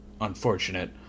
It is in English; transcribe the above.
unfortunate